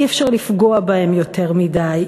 אי-אפשר לפגוע בהם יותר מדי,